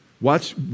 Watch